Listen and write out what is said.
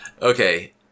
Okay